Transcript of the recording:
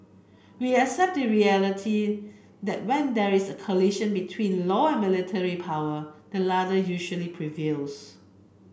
we accept the reality that when there is a collision between law and military power the latter usually prevails